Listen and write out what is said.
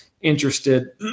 interested